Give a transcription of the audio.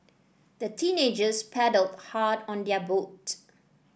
the teenagers paddled hard on their boat